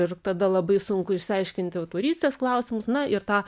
ir tada labai sunku išsiaiškinti autorystės klausimus na ir tą